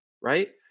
right